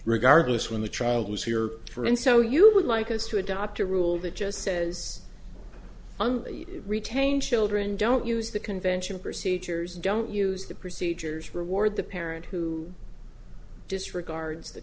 regardless when the child was here for and so you would like us to adopt a rule that just says retain children don't use the convention procedures don't use the procedures reward the parent who disregards the